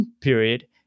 period